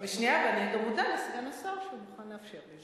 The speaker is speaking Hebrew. אני גם מודה לסגן השר שהוא מוכן לאפשר לי.